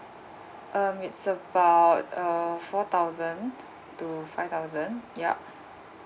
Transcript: um it's about uh four thousand to five thousand yup